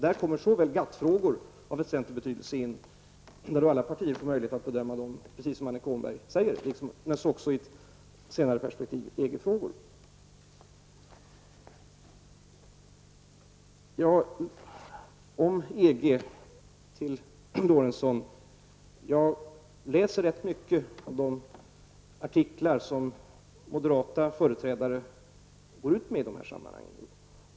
Där kommer å ena sidan GATT-frågor av väsentlig betydelse in, frågor som alla partier får möjlighet att bedöma, som Annika Åhnberg säger, å andra sidan i ett senare perspektiv Till Lorentzon vill jag säga beträffande EG att jag läser rätt mycket av de artiklar som moderata företrädare går ut med i dessa sammanhang.